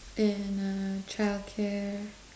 and uh childcare